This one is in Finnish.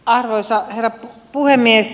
arvoisa herra puhemies